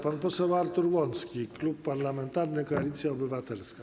Pan poseł Artur Łącki, Klub Parlamentarny Koalicja Obywatelska.